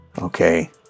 Okay